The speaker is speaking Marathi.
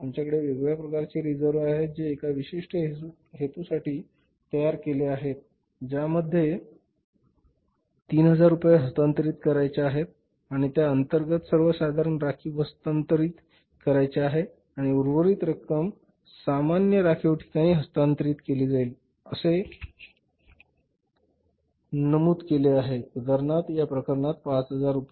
आमच्याकडे वेगवेगळ्या प्रकारचे रिझर्व्ह आहेत जे एका विशिष्ट हेतूसाठी तयार केले आहेत ज्यामध्ये 3000 रुपये हस्तांतरित करायच्या आहेत आणि त्या अंतर्गत सर्वसाधारण राखीव हस्तांतरित करावयाचे आहे आणि उर्वरित रक्कम सामान्य राखीव ठिकाणी हस्तांतरित केली जाईल असे नमूद केले आहे उदाहरणार्थ या प्रकरणात 5000 रु